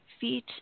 feet